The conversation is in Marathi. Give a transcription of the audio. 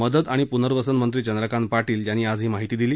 मदत आणि पुर्नवसन मंत्री चंद्रकांत पाटील यांनी आज ही माहिती दिली